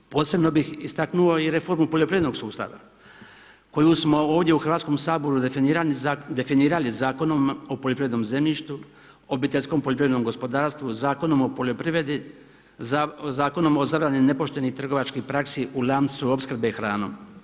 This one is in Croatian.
Posebno bih istaknuo i reformu poljoprivrednog sustava koju smo ovdje u Hrvatskom saboru definirali Zakonom o poljoprivrednom zemljištu, obiteljskom poljoprivrednom gospodarstvu, Zakonom o poljoprivredi, Zakonom o zabrani nepoštenih trgovačkih praksi u lancu opskrbe hranom.